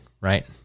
right